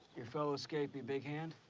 your fellow escapee, big hand